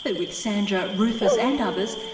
ah with sandra, rufus and others,